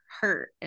hurt